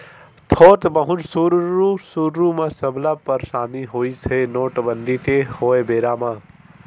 थोक बहुत सुरु सुरु म सबला परसानी होइस हे नोटबंदी के होय बेरा म